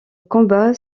combat